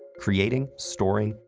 creating, storing,